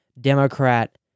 Democrat